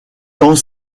tant